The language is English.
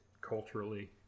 culturally